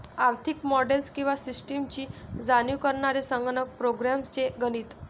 आर्थिक मॉडेल्स किंवा सिस्टम्सची जाणीव करणारे संगणक प्रोग्राम्स चे गणित